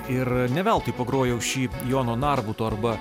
ir ne veltui pagrojau šį jono narbuto arba